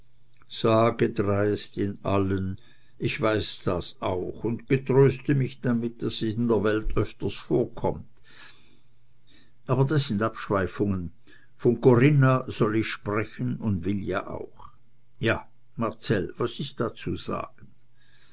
sage dreist in allen ich weiß das auch und getröste mich damit daß es in der welt öfters vorkommt aber das sind abschweifungen von corinna soll ich sprechen und will auch ja marcell was ist da zu sagen